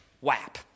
whap